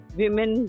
women